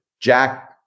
Jack